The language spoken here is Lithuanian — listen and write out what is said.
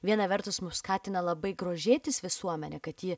viena vertus mus skatina labai grožėtis visuomene kad ji